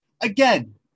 Again